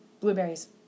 Blueberries